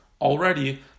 already